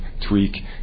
tweak